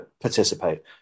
participate